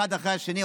אחד אחרי השני,